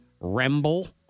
Remble